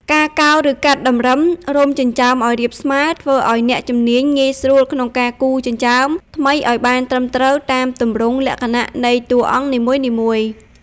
ការកោរ ឬកាត់តម្រឹមរោមចិញ្ចើមឲ្យរាបស្មើ ធ្វើឲ្យអ្នកជំនាញងាយស្រួលក្នុងការគូរចិញ្ចើមថ្មីឲ្យបានត្រឹមត្រូវតាមទម្រង់លក្ខណៈនៃតួអង្គនីមួយៗ។